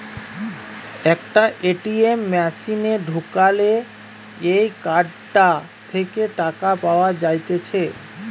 একটা এ.টি.এম মেশিনে ঢুকালে এই কার্ডটা থেকে টাকা পাওয়া যাইতেছে